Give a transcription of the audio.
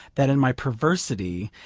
that in my perversity,